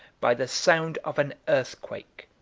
by the sound of an earthquake.